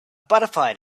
butterfly